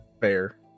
Fair